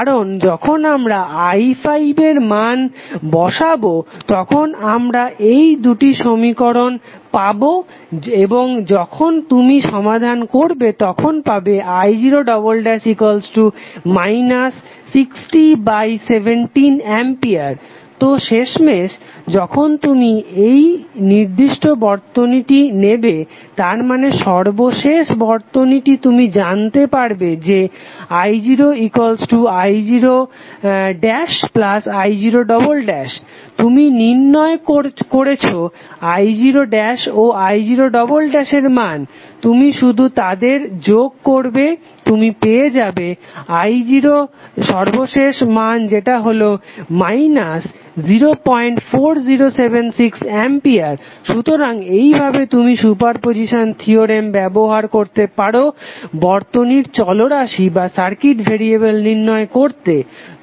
তো যখন আমরা i5 এর মান বসাবো তখন আমরা এই দুটি সমীকরণ পাবো এবং যখন তুমি সমাধান করবে তখন পাবে i0 6017A তো শেষমেশ যখন তুমি এই নির্দিষ্ট বর্তনীটি নেবে তার মানে সর্বশেষ বর্তনীটি তুমি জানতে পারবে যে i0i0i0 তুমি নির্ণয় করেছো i0 ও i0 এর মান তুমি শুধু তাদের যোগ করবে তুমি পেয়ে যাবে i0 সর্বশেষ মান যেটা হলো 04076A সুতরাং এইভাবে তুমি সুপারপজিসান থিওরেম ব্যবহার করতে পারো বর্তনীর চলরাশি নির্ণয় করতে